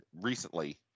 recently